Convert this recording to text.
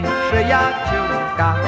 przyjaciółka